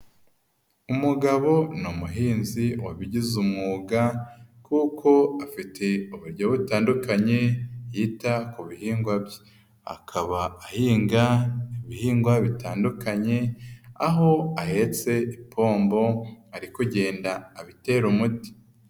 Umugabo ni umuhinzi wabigize umwuga kuko afite uburyo butandukanye yita ku bihingwa bye, akaba ahinga ibihingwa bitandukanye aho ahetse ipombo ari kugenda abitera umuti.